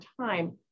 time